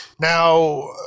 Now